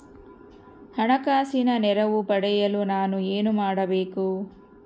ಹಣಕಾಸಿನ ನೆರವು ಪಡೆಯಲು ನಾನು ಏನು ಮಾಡಬೇಕು?